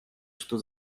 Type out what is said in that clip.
что